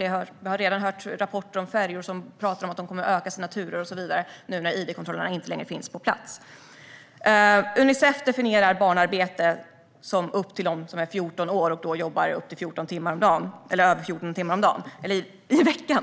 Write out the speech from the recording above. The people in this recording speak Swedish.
Vi har redan hört rapporter om att man pratar om att färjornas turer kan ökas nu när id-kontrollerna inte längre finns på plats. Barnarbete enligt Unicefs definition är när barn upp till 14 år jobbar över 14 timmar i veckan.